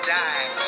die